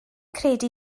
credu